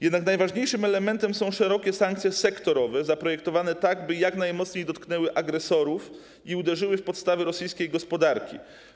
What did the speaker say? Jednak najważniejszym elementem są szerokie sankcje sektorowe zaprojektowane tak, by jak najmocniej dotknęły agresorów i uderzyły w podstawy rosyjskiej gospodarki.